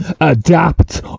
adapt